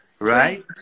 right